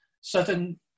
certain